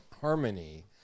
harmony